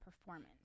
performance